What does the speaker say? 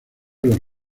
los